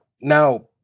Now